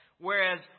whereas